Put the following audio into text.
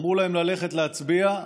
אמרו להם ללכת להצביע,